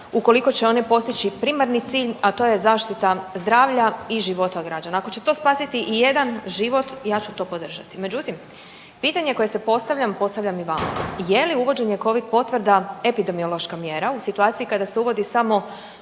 ukoliko će one postići primarni cilj, a to je zaštita zdravlja i života građana. Ako će to spasiti i jedan život ja ću to podržati. Međutim, pitanje koje si postavljam, postavljam i vama, je li uvođenje Covid potvrda epidemiološka mjera u situaciji kada se uvodi samo